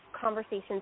conversations